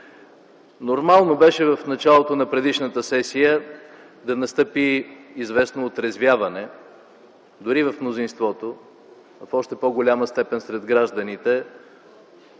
Нормално беше в началото на предишната сесия да настъпи известно отрезвяване, дори в мнозинството в още по-голяма степен сред гражданите,